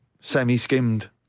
semi-skimmed